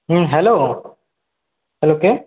হুম hello hello কে